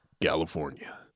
California